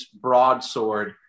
broadsword